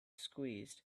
squeezed